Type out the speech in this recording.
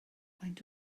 faint